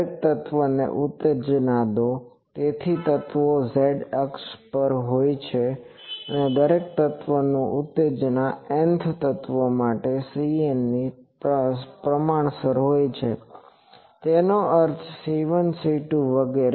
દરેક તત્વ ને ઉત્તેજના દો તેથી તત્વો ઝેડ અક્ષ પર હોય છે અને દરેક તત્વનું ઉત્તેજના Nth તત્વો માટે CN ની પ્રમાણસર હોય છે તેનો અર્થ C1 C2 વગેરે